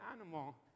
animal